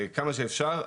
כמה שאפשר,